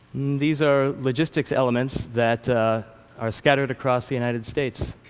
these are logistics elements that are scattered across the united states.